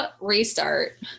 restart